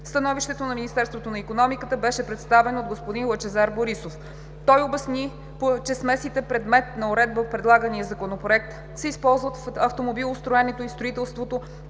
Становището на Министерството на икономиката беше представено от господин Лъчезар Борисов. Той поясни, че смесите, предмет на уредба в предлагания Законопроект, се използват в автомобилостроенето и в строителството